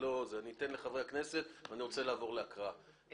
אתן לחברי הכנסת ואני רוצה לעבור להקראה,